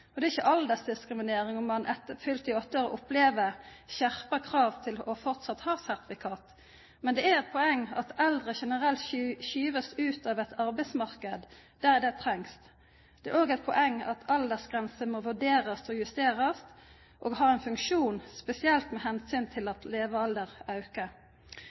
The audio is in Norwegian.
Det er ikke aldersdiskriminering at man etter fylte 70 år opplever skjerpede krav til fortsatt å ha sertifikat. Men det er et poeng at eldre generelt skyves ut av et arbeidsmarked der de trengs. Det er også et poeng at aldersgrenser må vurderes og justeres, og det har en funksjon spesielt med hensyn til